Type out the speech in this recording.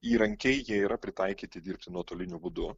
įrankiai jie yra pritaikyti dirbti nuotoliniu būdu